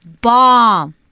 Bomb